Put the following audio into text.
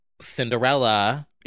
Cinderella